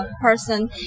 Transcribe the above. person